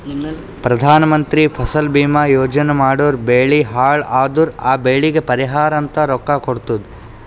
ಪ್ರಧಾನ ಮಂತ್ರಿ ಫಸಲ ಭೀಮಾ ಯೋಜನಾ ಮಾಡುರ್ ಬೆಳಿ ಹಾಳ್ ಅದುರ್ ಆ ಬೆಳಿಗ್ ಪರಿಹಾರ ಅಂತ ರೊಕ್ಕಾ ಕೊಡ್ತುದ್